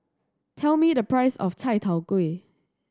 tell me the price of chai tow kway